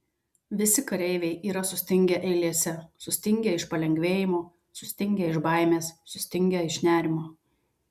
visi kareiviai yra sustingę eilėse sutingę iš palengvėjimo sustingę iš baimės sustingę iš nerimo